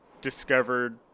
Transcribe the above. discovered